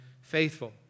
faithful